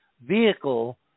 vehicle